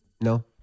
No